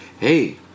Hey